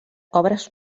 obres